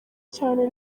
cyane